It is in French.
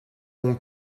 mon